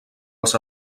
els